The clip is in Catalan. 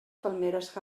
palmeres